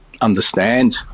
understand